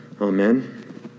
Amen